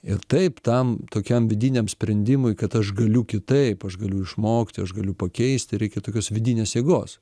ir taip tam tokiam vidiniam sprendimui kad aš galiu kitaip aš galiu išmokti aš galiu pakeisti reikia tokios vidinės jėgos